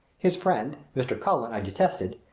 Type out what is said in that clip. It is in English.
his friend, mr. cullen, i detested,